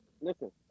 Listen